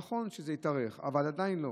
נכון שזה התארך, אבל עדיין לא.